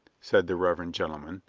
said the reverend gentleman,